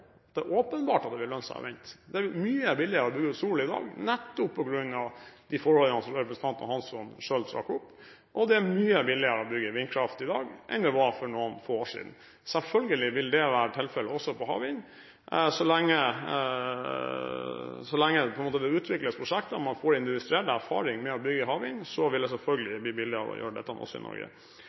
er åpenbart at det vil lønne seg å vente. Det er mye billigere med sol i dag, nettopp pga. de forholdene som representanten Hanssen selv trakk opp. Og det er mye billigere å bygge vindkraftverk i dag enn det var for noen få år siden. Selvfølgelig vil det være tilfelle også for havvind. Så lenge det utvikles prosjekter og man får industriell erfaring med å bygge havvind, vil det selvfølgelig bli billigere å gjøre dette også i Norge.